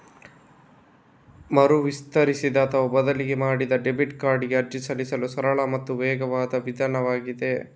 ಮರು ವಿತರಿಸಿದ ಅಥವಾ ಬದಲಿ ಮಾಡಿದ ಡೆಬಿಟ್ ಕಾರ್ಡಿಗೆ ಅರ್ಜಿ ಸಲ್ಲಿಸಲು ಸರಳ ಮತ್ತು ವೇಗವಾದ ವಿಧಾನವಾಗಿದೆ